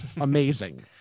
Amazing